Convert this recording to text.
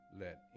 let